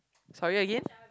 sorry again